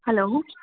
hello